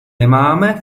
nemáme